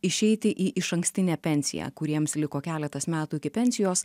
išeiti į išankstinę pensiją kuriems liko keletas metų iki pensijos